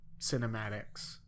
cinematics